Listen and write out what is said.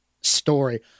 story